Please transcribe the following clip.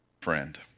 friend